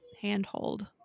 handhold